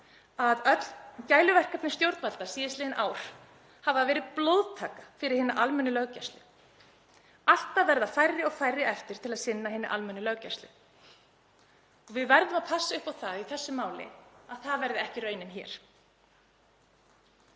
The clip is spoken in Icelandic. að öll gæluverkefni stjórnvalda síðastliðin ár hafi verið blóðtaka fyrir hina almennu löggæslu. Alltaf verða færri og færri eftir til að sinna hinni almennu löggæslu. Við verðum að passa upp á það í þessu máli að það verði ekki raunin.